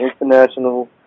international